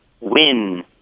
win